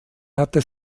hatte